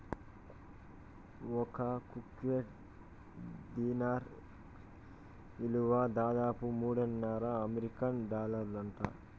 ఒక్క కువైట్ దీనార్ ఇలువ దాదాపు మూడున్నర అమెరికన్ డాలర్లంట